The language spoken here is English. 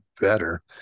better